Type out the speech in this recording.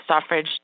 suffrage